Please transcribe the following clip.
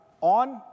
on